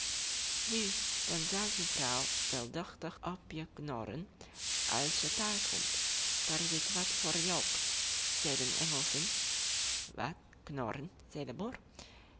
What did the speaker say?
nu dan zal je vrouw wel duchtig op je knorren als je thuis komt daar zit wat voor je op zeiden de engelschen wat knorren zei de